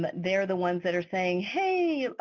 they're the ones that are saying hey,